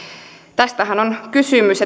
tästähän on kysymys